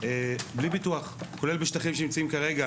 בלי ביטוח, כולל בשטחים שנמצאים כרגע